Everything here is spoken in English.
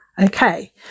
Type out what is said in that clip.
Okay